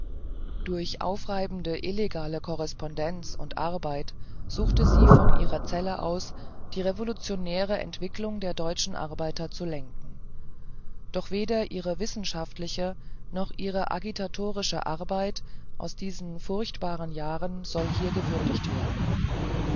durch aufreibende illegale korrespondenz und arbeit suchte sie von ihrer zelle aus die revolutionäre entwicklung der deutschen arbeiter zu lenken doch weder ihre wissenschaftliche noch ihre agitatorische arbeit aus diesen furchtbaren jahren soll hier gewürdigt werden